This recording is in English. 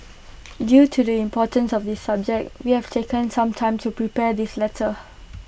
due to the importance of the subject we have taken some time to prepare this letter